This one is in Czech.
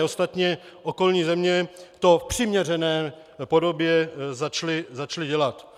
Ostatně okolní země to v přiměřené podobě začaly dělat.